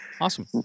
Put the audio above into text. Awesome